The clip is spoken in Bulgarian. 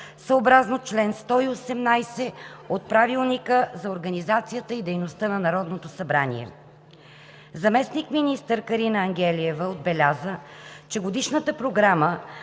съобразно чл. 118 от Правилника за организацията и дейността на Народното събрание. Заместник-министър Карина Ангелиева отбеляза, че Годишната програма